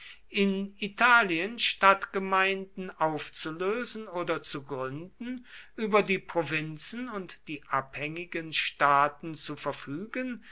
in italien stadtgemeinden aufzulösen oder zu gründen über die provinzen und die abhängigen staaten zu verfügen